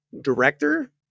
director